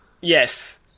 Yes